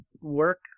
work